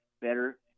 better